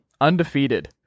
undefeated